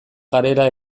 garela